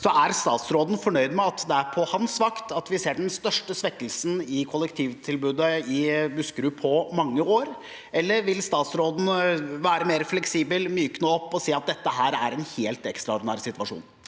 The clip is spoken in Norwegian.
er statsråden fornøyd med at det er på hans vakt vi ser den største svekkelsen i kollektivtilbudet i Buskerud på mange år, eller vil statsråden være mer fleksibel, myke opp og si at dette er en helt ekstraordinær situasjon?